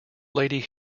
lady